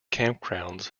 campgrounds